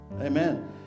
Amen